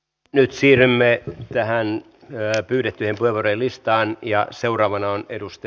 nyt siirrymme pyydettyjen puheenvuorojen listaan